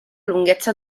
lunghezza